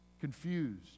confused